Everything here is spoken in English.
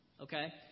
okay